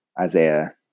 Isaiah